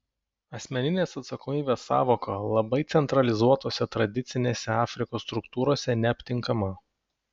asmeninės atsakomybės sąvoka labai centralizuotose tradicinėse afrikos struktūrose neaptinkama